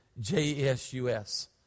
J-E-S-U-S